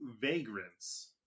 vagrants